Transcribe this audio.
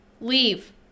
leave